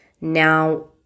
Now